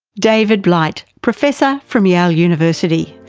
david blight, professor from yale university.